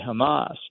Hamas